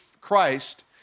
Christ